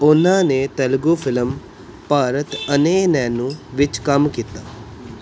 ਉਨ੍ਹਾਂ ਨੇ ਤੇਲਗੂ ਫਿਲਮ ਭਾਰਤ ਅਨੇ ਨੇਨੂ ਵਿੱਚ ਕੰਮ ਕੀਤਾ